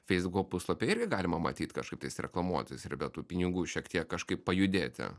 feisbuko puslapyje irgi galima matyt kažkaip tais reklamuotis ir be tų pinigų šiek tiek kažkaip pajudėti